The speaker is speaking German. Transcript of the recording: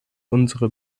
unsere